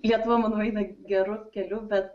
lietuva manau eina geru keliu bet